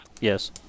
Yes